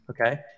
okay